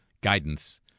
guidance